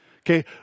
Okay